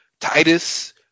Titus